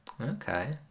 Okay